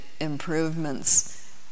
improvements